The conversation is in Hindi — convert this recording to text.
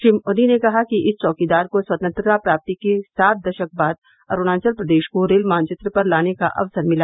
श्री मोदी ने कहा कि इस चौकीदार को स्वतंत्रता प्राप्ति के सात दशक बाद अरूणाचल प्रदेश को रेल मानचित्र पर लाने का अवसर मिला